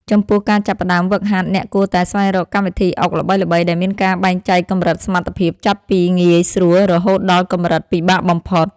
ចំពោះការចាប់ផ្ដើមហ្វឹកហាត់អ្នកគួរតែស្វែងរកកម្មវិធីអុកល្បីៗដែលមានការបែងចែកកម្រិតសមត្ថភាពចាប់ពីងាយស្រួលរហូតដល់កម្រិតពិបាកបំផុត។